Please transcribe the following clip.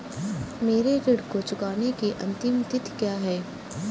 मेरे ऋण को चुकाने की अंतिम तिथि क्या है?